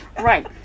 Right